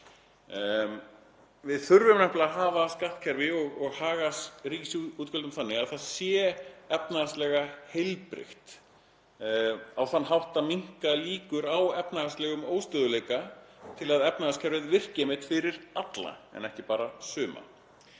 Við þurfum nefnilega að hafa skattkerfi og haga ríkisútgjöldum þannig að það sé efnahagslega heilbrigt á þann hátt að minnka líkur á efnahagslegum óstöðugleika til að efnahagskerfið virki einmitt fyrir alla en ekki bara suma.